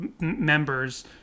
members